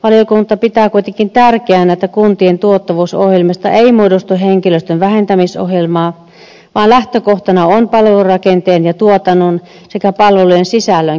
valiokunta pitää kuitenkin tärkeänä että kuntien tuottavuusohjelmista ei muodostu henkilöstön vähentämisohjelmaa vaan lähtökohtana on palvelurakenteen ja tuotannon sekä palvelujen sisällön kehittäminen